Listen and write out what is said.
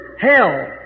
hell